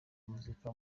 muzika